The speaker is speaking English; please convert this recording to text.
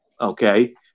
Okay